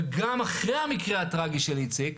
וגם אחרי המקרה הטרגי של איציק,